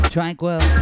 Tranquil